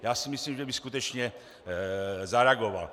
Já si myslím, že by skutečně zareagoval.